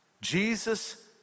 Jesus